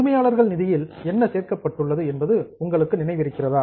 உரிமையாளர் நிதியில் என்ன சேர்க்கப் பட்டுள்ளது என்பது உங்களுக்கு நினைவிருக்கிறதா